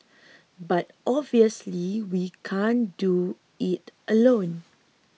but obviously we can't do it alone